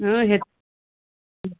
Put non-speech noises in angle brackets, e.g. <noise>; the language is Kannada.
ಹ್ಞೂ ಹೇಳಿ <unintelligible>